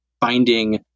finding